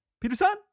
Peterson